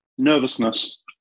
nervousness